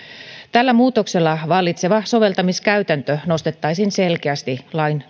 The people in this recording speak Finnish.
tällä muutoksella vallitseva soveltamiskäytäntö nostettaisiin selkeästi